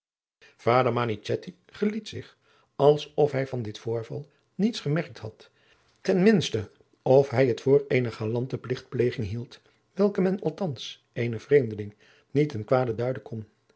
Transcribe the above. manichetti geliet zich als of hij van dit voorval niets gemerkt had ten minste of hij het voor eene galante pligtpleging hield welke men althans eenen vreemdeling niet ten kwade duiden kon